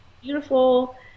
beautiful